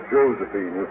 Josephine